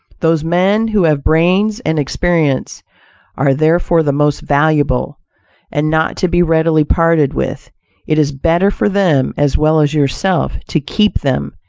those men who have brains and experience are therefore the most valuable and not to be readily parted with it is better for them, as well as yourself, to keep them,